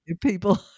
people